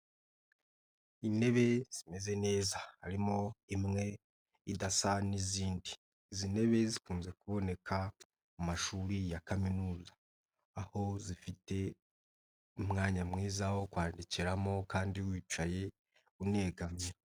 Intebe zimeze neza harimo imwe idasa n'izindi, izi ntebe zikunze kuboneka mu mashuri ya kaminuza aho zifite umwanya mwiza wo kwandikiramo kandi wicaye unegamye.